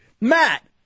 Matt